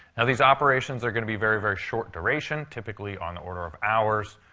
now, these operations are going to be very, very short duration, typically on the order of hours.